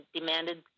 demanded